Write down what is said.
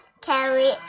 carry